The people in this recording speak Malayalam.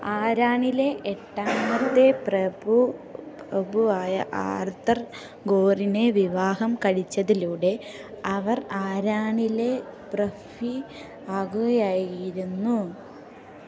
ആരാണിലെ എട്ടാമത്തെ പ്രഭു പ്രഭുവായ ആർതർ ഗോറിനെ വിവാഹം കഴിച്ചതിലൂടെ അവർ ആരാണിലെ പ്രഭ്വി ആകുകയായിരുന്നു